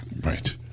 Right